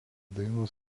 dainos